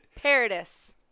Paradis